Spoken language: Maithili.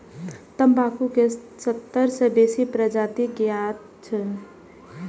तंबाकू के सत्तर सं बेसी प्रजाति ज्ञात छै